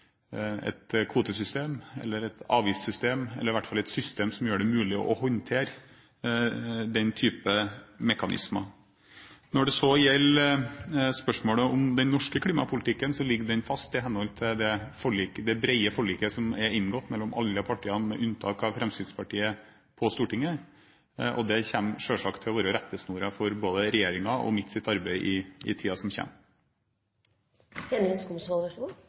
et system som gjør det mulig å håndtere den type mekanismer. Når det så gjelder spørsmålet om den norske klimapolitikken: Den ligger fast, i henhold til det brede forliket som er inngått mellom alle partiene på Stortinget, unntatt Fremskrittspartiet, og det kommer selvsagt til å være rettesnoren for både regjeringen og mitt arbeid i tiden som kommer. Jeg vil igjen takke statsråden for svaret. Alcoa, som er verdens største produsent av primæraluminium, ønsker å bygge et nytt aluminiumsverk i